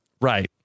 Right